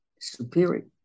superior